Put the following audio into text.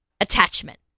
attachment